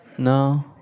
No